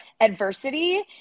adversity